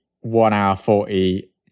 one-hour-forty